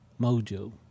mojo